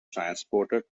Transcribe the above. transported